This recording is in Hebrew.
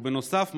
ובנוסף,